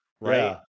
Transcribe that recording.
right